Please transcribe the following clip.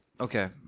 Okay